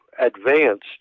advanced